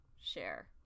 share